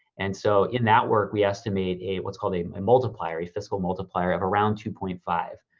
and so in that work, we estimate a, what's called a multiplier. a fiscal multiplier of around two point five,